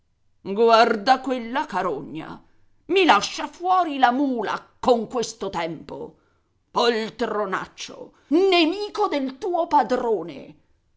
guarda quella carogna i lascia fuori la mula con questo tempo poltronaccio nemico del tuo padrone